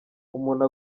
umuntu